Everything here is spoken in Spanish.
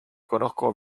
conozco